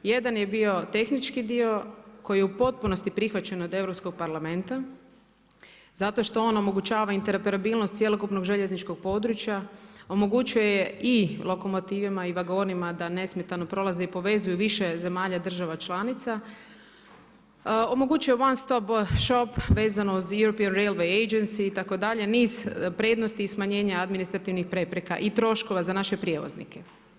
Jedan je bio tehnički dio koji je u potpunosti prihvaćen od Europskog parlamenta zato što on omogućava interoperabilnost cjelokupnog željezničkog područja, omogućuje i lokomotivama i vagonima da nesmetano prolaze i povezuju više zemalja država članica, omogućuje one stop shop vezano uz European real agency itd., niz prednosti i smanjenja administrativnih prepreka i troškova za naše prijevoznike.